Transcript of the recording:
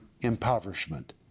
impoverishment